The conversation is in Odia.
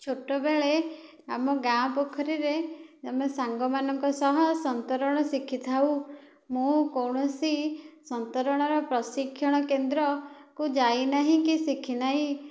ଛୋଟବେଳେ ଆମ ଗାଁ ପୋଖରୀରେ ଆମେ ସାଙ୍ଗମାନଙ୍କ ସହ ସନ୍ତରଣ ଶିଖିଥାଉ ମୁଁ କୌଣସି ସନ୍ତରଣର ପ୍ରଶିକ୍ଷଣ କେନ୍ଦ୍ରକୁ ଯାଇନାହିଁ କି ଶିଖିନାହିଁ